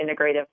integrative